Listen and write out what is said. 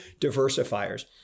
diversifiers